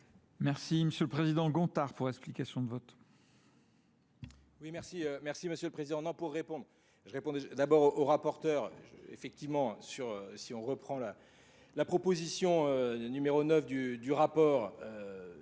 merci monsieur le président gontard pour l'explication vote